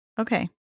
Okay